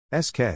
SK